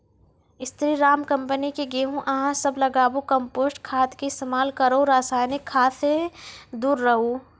स्री Ram company के गेहूँ अहाँ सब लगाबु कम्पोस्ट खाद के इस्तेमाल करहो रासायनिक खाद से दूर रहूँ?